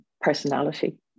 personality